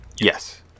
Yes